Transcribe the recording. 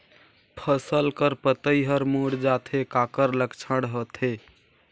फसल कर पतइ हर मुड़ जाथे काकर लक्षण होथे?